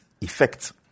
effect